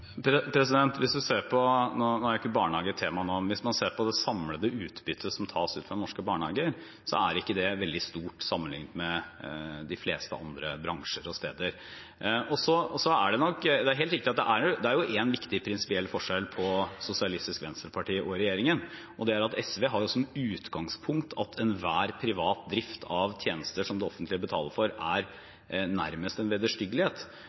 nå, men hvis man ser på det samlede utbyttet som tas ut fra norske barnehager, er ikke det veldig stort sammenliknet med de fleste andre bransjer og steder. Det er helt riktig at det er en viktig prinsipiell forskjell på Sosialistisk Venstreparti og regjeringen. Det er at SV har som utgangspunkt at enhver privat drift av tjenester som det offentlige betaler for, nærmest er en